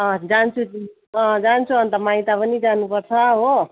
अँ जान्छु अँ जान्छु अन्त माइत पनि जानुपर्छ हो